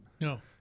No